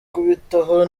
kubitaho